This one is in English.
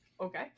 Okay